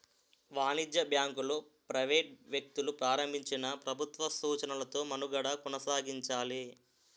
వాణిజ్య బ్యాంకులు ప్రైవేట్ వ్యక్తులు ప్రారంభించినా ప్రభుత్వ సూచనలతో మనుగడ కొనసాగించాలి